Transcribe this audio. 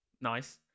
nice